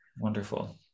Wonderful